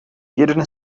jeden